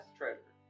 treasure